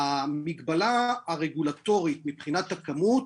המגבלה הרגולטורית של הכמות